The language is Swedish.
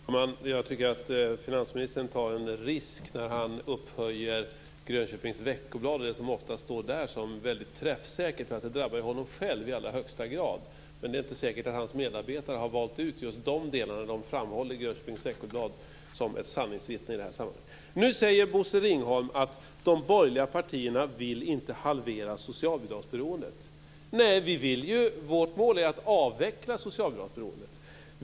Fru talman! Jag tycker att finansministern tar en risk när han upphöjer Grönköpings Veckoblad och det som står där till något väldigt träffsäkert. Det drabbar ju honom själv i allra högsta grad. Men det är inte säkert att hans medarbetare har valt ut just de delarna när de framhåller Grönköpings Veckoblad som ett sanningsvittne i det här sammanhanget. Nu säger Bosse Ringholm att de borgerliga partierna inte vill halvera socialbidragsberoendet. Nej, vårt mål är att avveckla socialbidragsberoendet.